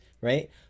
right